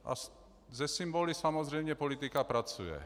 A se symboly samozřejmě politika pracuje.